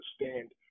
understand